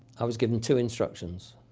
i was given two instructions.